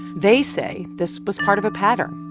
they say this was part of a pattern.